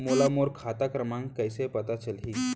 मोला मोर खाता क्रमाँक कइसे पता चलही?